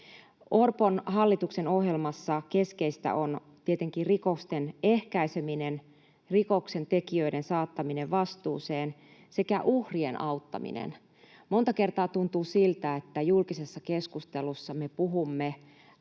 Orpon hallituksen ohjelmassa keskeistä on tietenkin rikosten ehkäiseminen, rikoksentekijöiden saattaminen vastuuseen sekä uhrien auttaminen. Monta kertaa tuntuu siltä, että julkisessa keskustelussa me puhumme